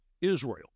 Israel